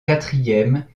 quatrième